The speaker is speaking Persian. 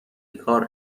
کار